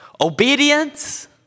obedience